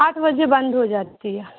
آٹھ بجے بند ہو جاتی ہے